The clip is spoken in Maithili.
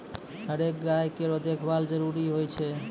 हरेक गाय केरो देखभाल जरूरी होय छै